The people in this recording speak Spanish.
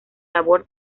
labor